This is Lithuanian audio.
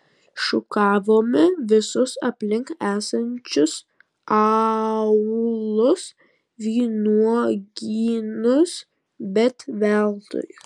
šukavome visus aplink esančius aūlus vynuogynus bet veltui